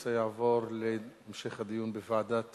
הנושא יעבור להמשך הדיון בוועדת